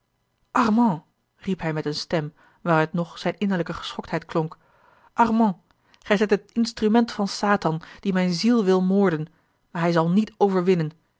armand riep hij met eene stem waaruit nog zijne innerlijke geschoktheid klonk armand gij zijt het instrument van satan die mijne ziel wil moorden maar hij zal niet overwinnen